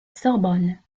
sorbonne